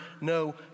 no